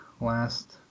last